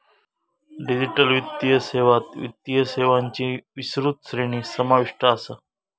digital वित्तीय सेवात वित्तीय सेवांची विस्तृत श्रेणी समाविष्ट असा